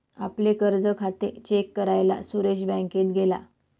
आपले कर्ज खाते चेक करायला सुरेश बँकेत गेला